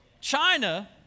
China